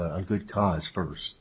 a good cause first